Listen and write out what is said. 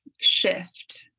shift